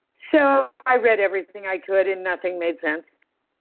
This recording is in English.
so i read everything i could and nothing made sense,